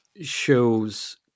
shows